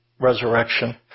resurrection